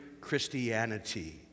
Christianity